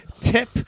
tip